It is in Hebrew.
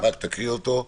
תקריא אותו.